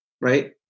right